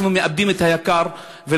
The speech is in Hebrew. אנחנו מאבדים את היקר לנו.